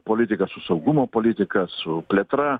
politika su saugumo politika su plėtra